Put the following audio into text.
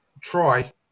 try